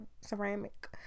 ceramic